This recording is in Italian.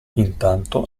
intanto